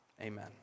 Amen